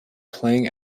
playing